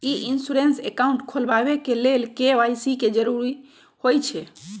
ई insurance account खोलबाबे के लेल के.वाई.सी के जरूरी होइ छै